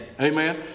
Amen